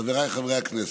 חבריי חברי הכנסת,